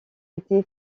été